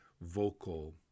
vocal